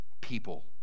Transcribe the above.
people